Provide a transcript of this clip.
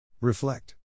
Reflect